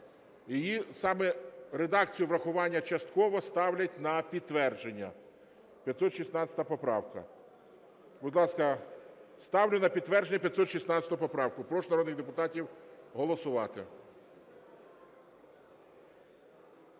Її саме редакцію врахування частково ставлять на підтвердження, 516 поправка. Будь ласка, ставлю на підтвердження 516 поправку. Прошу народних депутатів голосувати.